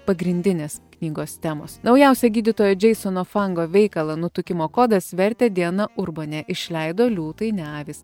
pagrindinės knygos temos naujausią gydytojo džeisono fango veikalą nutukimo kodas vertę diana urbonė išleido liūtai ne avys